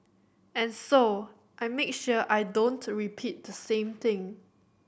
and so I make sure I don't repeat the same thing